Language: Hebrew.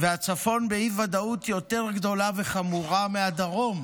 הצפון באי-ודאות יותר גדולה וחמורה מהדרום.